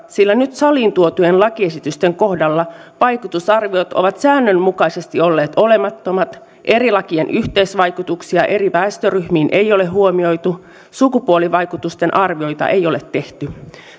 sillä nyt saliin tuotujen lakiesitysten kohdalla vaikutusarviot ovat säännönmukaisesti olleet olemattomat eri lakien yhteisvaikutuksia eri väestöryhmiin ei ole huomioitu sukupuolivaikutusten arvioita ei ole tehty